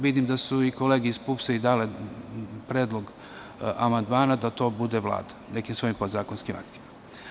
Vidim da su i kolege iz PUPS dale predlog amandmana da to bude Vlada, nekim svojim podzakonskim aktima.